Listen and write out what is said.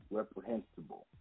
Reprehensible